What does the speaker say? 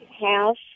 house